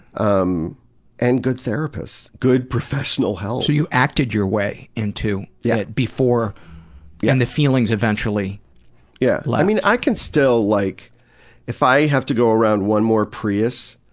um and good therapists. good professional help. so you acted your way into yeah it, before yeah and the feelings eventually jimmy yeah, i mean, i can still like if i have to go around one more prius